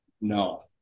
No